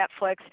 Netflix